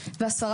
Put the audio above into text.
ואנחנו